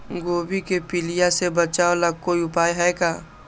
गोभी के पीलिया से बचाव ला कोई उपाय है का?